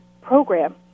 program